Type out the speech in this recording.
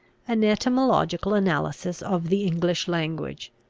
an etymological analysis of the english language.